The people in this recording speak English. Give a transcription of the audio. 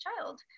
child